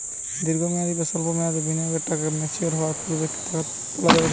দীর্ঘ মেয়াদি বা সল্প মেয়াদি বিনিয়োগের টাকা ম্যাচিওর হওয়ার পূর্বে তোলা যাবে কি না?